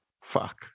fuck